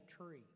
tree